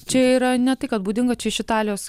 čia yra ne tai kad būdinga čia iš italijos